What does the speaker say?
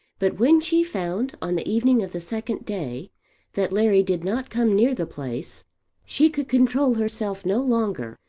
but when she found on the evening of the second day that larry did not come near the place she could control herself no longer,